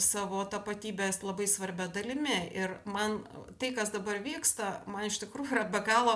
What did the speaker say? savo tapatybės labai svarbia dalimi ir man tai kas dabar vyksta man iš tikrųjų yra be galo